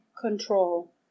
control